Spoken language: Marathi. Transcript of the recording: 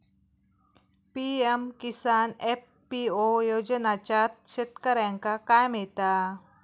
पी.एम किसान एफ.पी.ओ योजनाच्यात शेतकऱ्यांका काय मिळता?